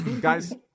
Guys